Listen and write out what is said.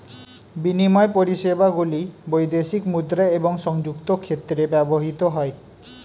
বিনিময় পরিষেবাগুলি বৈদেশিক মুদ্রা এবং সংযুক্ত ক্ষেত্রে ব্যবহৃত হয়